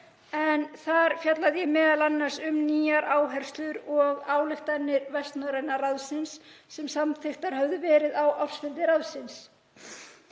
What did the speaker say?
en þar fjallaði ég m.a. um nýjar áherslur og ályktanir Vestnorræna ráðsins sem samþykktar höfðu verið á ársfundi ráðsins.